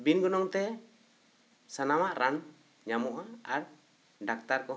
ᱵᱤᱱ ᱜᱚᱱᱚᱝᱛᱮ ᱥᱟᱱᱟᱢᱟᱜ ᱨᱟᱱ ᱧᱟᱢᱚᱜᱼᱟ ᱟᱨ ᱰᱟᱠᱛᱟᱨ ᱠᱚᱦᱚ ᱸ